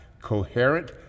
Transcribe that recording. coherent